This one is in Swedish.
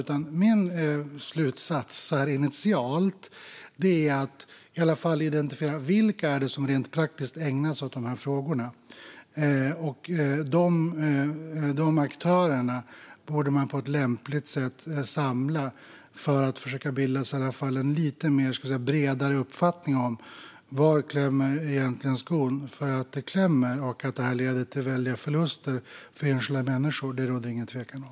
Min slutsats så här initialt är att man bör identifiera vilka som rent praktiskt ägnar sig åt de här frågorna. De aktörerna borde man på ett lämpligt sätt samla för att försöka bilda sig en lite bredare uppfattning om var skon egentligen klämmer. Att det klämmer och att det leder till väldiga förluster för enskilda människor råder det ingen tvekan om.